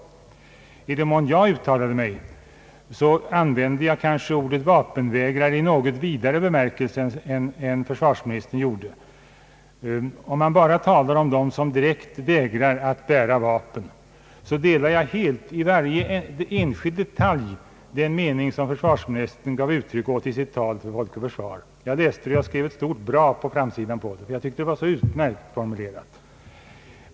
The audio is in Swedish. I den mån jag uttalade mig använde jag kanske ordet vapenvägrare i något vidare bemärkelse än försvarsministern gjorde. Talar man bara om dem som direkt väg rar att bära vapen så instämmer jag helt, i varje enskild detalj, i den mening som <försvarsministern gav uttryck åt i sitt tal på Folk och Försvar. Jag läste det och skrev ett stort »Bra» på framsidan — jag tyckte att det var så utmärkt formulerat.